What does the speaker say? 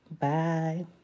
Bye